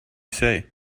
say